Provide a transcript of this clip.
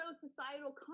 societal